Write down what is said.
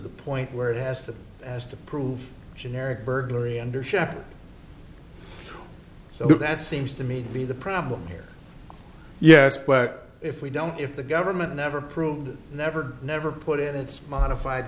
the point where it has to as to prove generic burglary undershaft so that seems to me to be the problem here yes but if we don't if the government never proved never never put in its modified